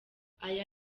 aya